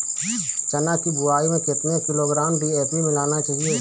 चना की बुवाई में कितनी किलोग्राम डी.ए.पी मिलाना चाहिए?